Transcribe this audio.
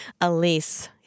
Elise